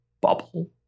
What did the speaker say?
bubble